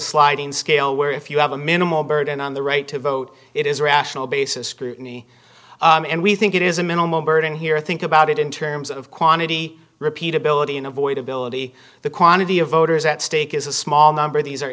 sliding scale where if you have a minimal burden on the right to vote it is a rational basis scrutiny and we think it is a minimum burden here think about it in terms of quantity repeatability and avoid ability the quantity of voters at stake is a small number these